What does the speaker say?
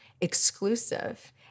exclusive